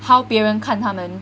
how 别人看他们